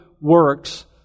works